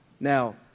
Now